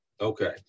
Okay